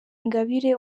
ingabire